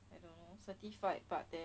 at the certified but then